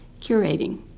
curating